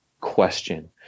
question